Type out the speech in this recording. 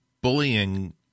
bullying